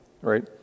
right